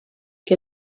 che